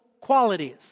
qualities